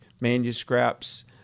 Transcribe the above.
manuscripts